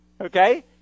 Okay